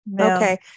okay